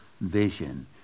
vision